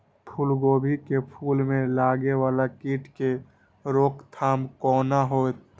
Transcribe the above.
फुल गोभी के फुल में लागे वाला कीट के रोकथाम कौना हैत?